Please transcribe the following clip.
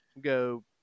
go